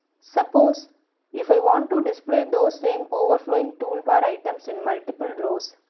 suppose if i want to display those same overflowing toolbar items in multiple rows,